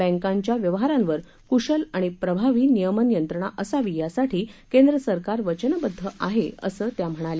बँकांच्या व्यवहारांवर कुशल आणि प्रभावी नियमन यंत्रणा असावी यासाठी केंद्रसरकार वचनबद्ध आहे असं त्या म्हणाल्या